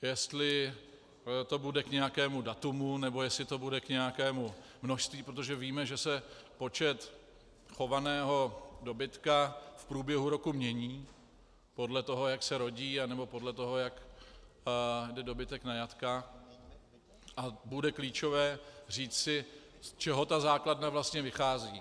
Jestli to bude k nějakému datu, nebo jestli to bude k nějakému množství, protože víme, že se počet chovaného dobytka v průběhu roku mění podle toho, jak se rodí, anebo podle toho, jak jde dobytek na jatka, a bude klíčové říci, z čeho ta základna vlastně vychází.